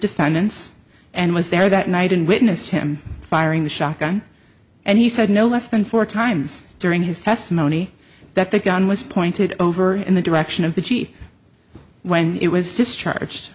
defendants and was there that night and witnessed him firing the shotgun and he said no less than four times during his testimony that the gun was pointed over in the direction of the jeep when it was discharged